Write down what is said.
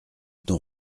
ton